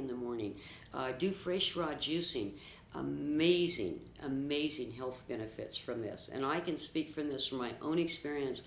in the morning i do for a shrug juicy amazing amazing health benefits from this and i can speak from this from my own experience